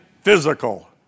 physical